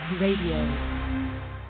RADIO